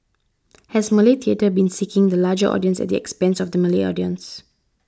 has Malay theatre been seeking the larger audience at the expense of the Malay audience